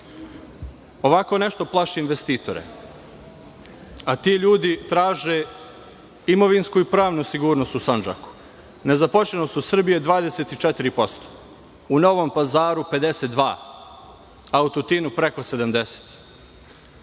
nešto plaši investitore, a ti ljudi traže imovinsku i pravnu sigurnost u Sandžaku. Nezaposlenost u Srbiji je 24%, u Novom Pazaru 52%, a u Tutinu preko 70%.